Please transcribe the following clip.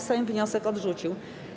Sejm wniosek odrzucił.